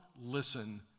listen